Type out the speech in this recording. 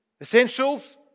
essentials